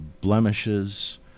blemishes